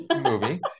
movie